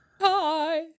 Hi